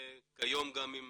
וכיום גם עם